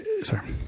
Sorry